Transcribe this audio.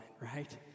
right